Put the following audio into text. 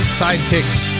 sidekicks